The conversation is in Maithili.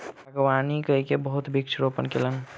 बागवानी कय के बहुत वृक्ष रोपण कयलैन